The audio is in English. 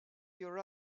your